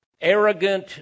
arrogant